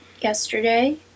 yesterday